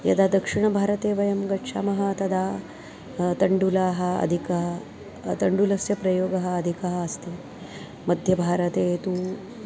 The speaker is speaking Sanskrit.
यदा दक्षिणभारते वयं गच्छामः तदा तण्डुलाः अधिकं तण्डुलस्य प्रयोगः अधिकः अस्ति मध्यभारते तु